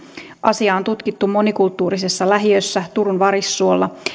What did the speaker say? asiaa on tutkittu monikulttuurisessa lähiössä turun varissuolla